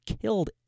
killed